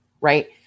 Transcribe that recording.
right